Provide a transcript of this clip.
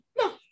No